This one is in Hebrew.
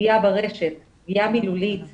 פגיעה ברשת, פגיעה מילולית ברשת,